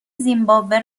زیمباوه